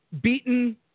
beaten